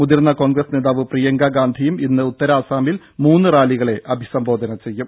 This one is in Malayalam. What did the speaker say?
മുതിർന്ന കോൺഗ്രസ് നേതാവ് പ്രിയങ്ക ഗാന്ധിയും ഇന്ന് ഉത്തര ആസാമിൽ മൂന്ന് റാലികളെ അഭിസംബോധന ചെയ്യും